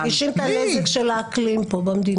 כבר מרגישים את נזקי האקלים במדינה.